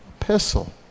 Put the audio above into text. epistle